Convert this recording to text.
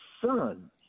son